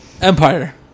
Empire